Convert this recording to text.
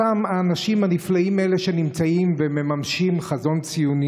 האנשים הנפלאים האלה שנמצאים ומממשים חזון ציוני,